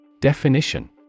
Definition